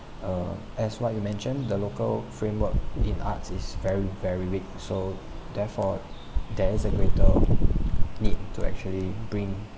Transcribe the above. err as what you mentioned the local framework in arts is very very weak so therefore there is a greater need to actually bring